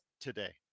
today